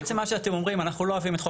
בעצם מה שאתם אומרים אנחנו לא אוהבים את חוק